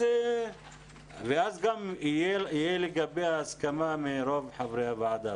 ואז גם תהיה לגביה ההסכמה מרוב חברי הוועדה.